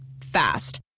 Fast